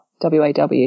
waw